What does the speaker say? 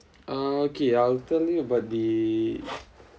uh okay I'll tell you about the